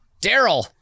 Daryl